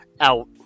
out